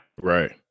Right